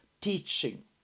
teaching